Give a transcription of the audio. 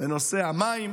בנושא המים.